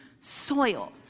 soil